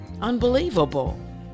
Unbelievable